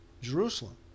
Jerusalem